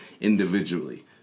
individually